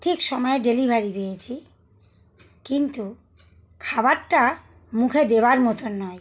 ঠিক সময়ে ডেলিভারি পেয়েছি কিন্তু খাবারটা মুখে দেওয়ার মতন নয়